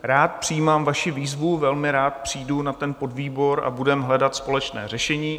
Rád přijímám vaši výzvu, velmi rád přijdu na ten podvýbor a budeme hledat společné řešení.